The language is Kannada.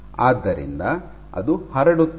ಆದ್ದರಿಂದ ಅದು ಹರಡುತ್ತದೆ